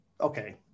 okay